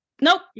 Nope